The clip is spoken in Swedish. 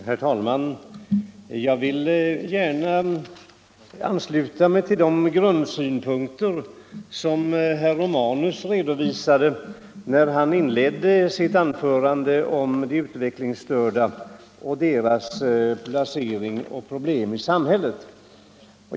Herr talman! Jag vill gärna ansluta mig till de grundsynpunkter som herr Romanus redovisade i inledningen av sitt anförande där han tog upp frågan om de utvecklingsstörda, deras situation och problem i samhället.